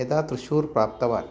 यदा त्रिशूरं प्राप्तवान्